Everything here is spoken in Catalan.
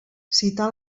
citar